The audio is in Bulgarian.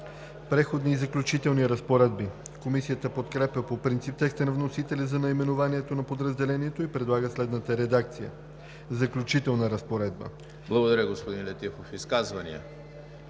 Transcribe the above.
„Преходни и заключителни разпоредби“. Комисията подкрепя по принцип текста на вносителя за наименованието на подразделението и предлага следната редакция: „Заключителна разпоредба“. ПРЕДСЕДАТЕЛ ЕМИЛ ХРИСТОВ: Изказвания?